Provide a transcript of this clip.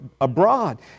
abroad